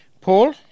Paul